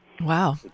Wow